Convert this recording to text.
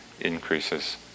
increases